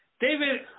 David